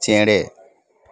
ᱪᱮᱬᱮ